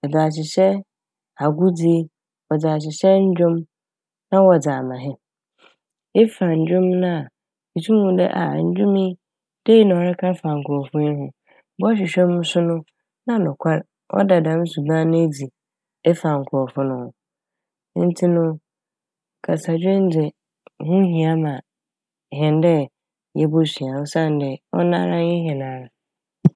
wɔdze ahyehyɛ agodzi, wɔdze ahyehyɛ ndwom na wɔdze ama hɛn. Efa ndwom na itum hu dɛ ah! ndwom yi dei na ɔreka afa nkorɔfo yi ho, bɔhwehwɛm' so no na nokwar ɔda dɛm suban no a edzi efa nkorɔfo no ho. Ntsi no kasadwin dze ho hia ma hɛn dɛ yebosua osiandɛ ɔnoara nye hɛn ara.